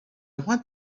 want